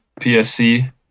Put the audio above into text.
PSC